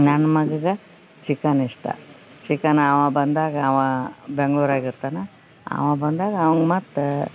ನನ್ನ ಮಗಗ ಚಿಕನ್ ಇಷ್ಟ ಚಿಕನ್ ಅವ ಬಂದಾಗ ಅವ ಬೆಂಗ್ಳೂರಾಗ ಇರ್ತಾನ ಅವ ಬಂದಾಗ ಅವ್ನ ಮತ್ತು